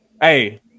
hey